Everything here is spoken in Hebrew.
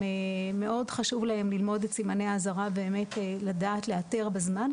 מאוד חשוב להם ללמוד את סימני האזהרה באמת לדעת לאתר בזמן,